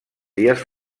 dies